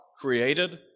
created